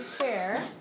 chair